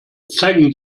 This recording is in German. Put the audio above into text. zeigen